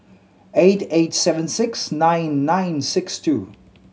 eight eight seven six nine nine six two